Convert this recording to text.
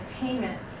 payment